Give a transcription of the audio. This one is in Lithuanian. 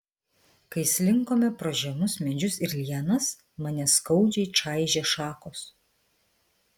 kai slinkome pro žemus medžius ir lianas mane skaudžiai čaižė šakos